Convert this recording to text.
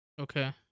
Okay